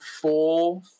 four